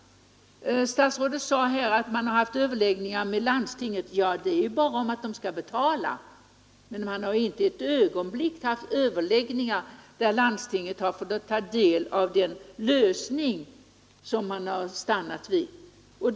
Statsrådet sade att man hade haft överläggningar med landstinget. Ja, men dessa gällde ju bara att landstinget skulle betala. Däremot har det inte förekommit några överläggningar där landstinget fått ta del av den lösning som man stannat för.